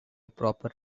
proper